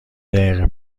دقیقه